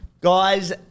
Guys